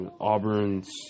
Auburn's